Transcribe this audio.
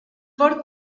per